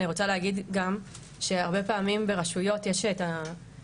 אני רוצה להגיד גם שהרבה פעמים ברשויות זה גופים